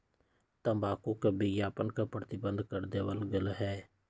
तंबाकू के विज्ञापन के प्रतिबंध कर देवल गयले है